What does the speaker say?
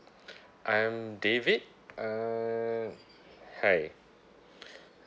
I'm david uh hi